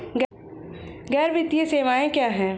गैर वित्तीय सेवाएं क्या हैं?